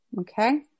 okay